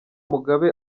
mugabe